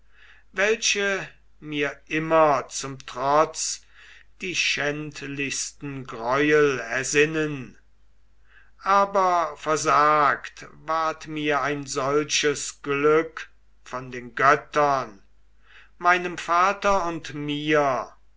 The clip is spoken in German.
welche mir immer zum trotz die schändlichsten greuel ersinnen aber versagt ward mir ein solches glück von den göttern meinem vater und mir